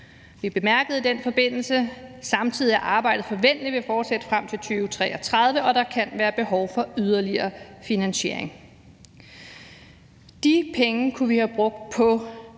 Vi bemærkede i den forbindelse samtidig, at arbejdet forventeligt vil fortsætte frem til 2033, og at der kan være behov for yderligere finansiering. De penge kunne vi have brugt på